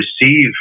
receive